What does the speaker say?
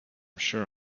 sure